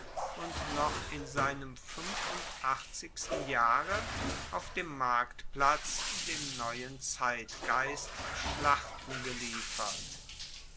und noch in seinem fuenfundachtzigsten jahre auf dem marktplatz dem neuen zeitgeist schlachten geliefert